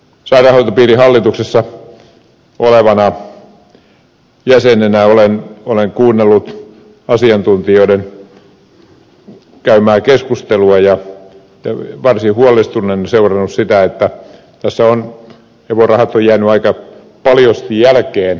sairaanhoitopiirin hallituksessa olevana jäsenenä olen kuunnellut asiantuntijoiden käymää keskustelua ja varsin huolestuneena seurannut sitä että evo rahat ovat jääneet aika paljosti jälkeen